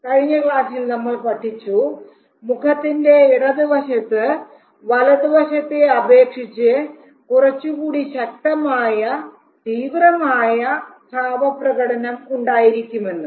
കഴിഞ്ഞ ക്ലാസ്സിൽ നമ്മൾ പഠിച്ചു മുഖത്തിൻറെ ഇടതുവശത്ത് വലതുവശത്തെ അപേക്ഷിച്ച് കുറച്ചുകൂടി ശക്തമായ തീവ്രമായ ഭാവപ്രകടനം ഉണ്ടായിരിക്കുമെന്ന്